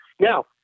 Now